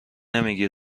نمیگی